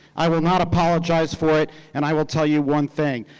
i will not apologize for it, and i will tell you one thing,